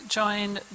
joined